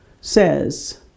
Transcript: says